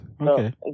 Okay